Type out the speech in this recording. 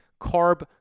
carb